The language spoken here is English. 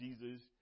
Jesus